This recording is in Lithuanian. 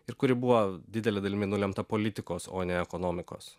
ir kuri buvo didele dalimi nulemta politikos o ne ekonomikos